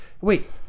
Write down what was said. wait